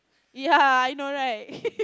ya I know right